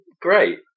great